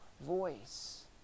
voice